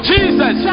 Jesus